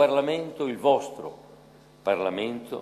פרלמנט זה